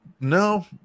no